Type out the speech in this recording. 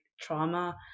trauma